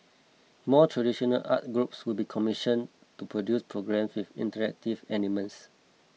more traditional art groups will be commissioned to produce programmes with interactive elements